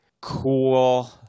cool